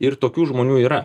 ir tokių žmonių yra